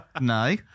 No